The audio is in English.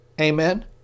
Amen